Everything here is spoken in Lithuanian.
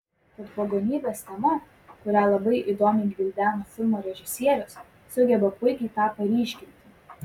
tad pagonybės tema kurią labai įdomiai gvildena filmo režisierius sugeba puikiai tą paryškinti